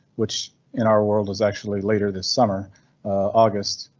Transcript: which in our world is actually later this summer august.